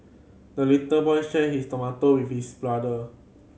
the little boy shared his tomato with his brother